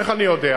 איך אני יודע?